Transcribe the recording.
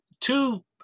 two